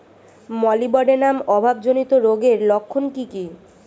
Molybdenum অভাবজনিত রোগের লক্ষণ কি কি?